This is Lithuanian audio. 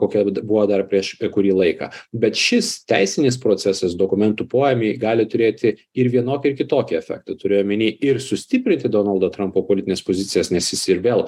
kokia buvo dar prieš kurį laiką bet šis teisinis procesas dokumentų poėmiai gali turėti ir vienokį ir kitokį efektą turėjo mini ir sustiprinti donaldo trampo politines pozicijas nes jis ir vėl